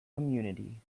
community